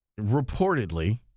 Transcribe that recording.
reportedly